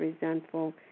resentful